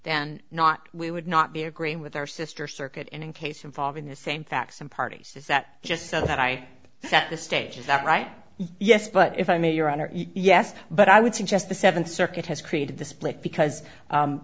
then not we would not be agreeing with our sister circuit in a case involving the same facts and parties is that just so that i set the stage is that right yes but if i may your honor yes but i would suggest the th circuit has created the split because